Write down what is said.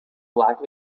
black